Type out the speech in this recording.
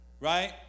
right